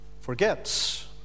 forgets